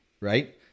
right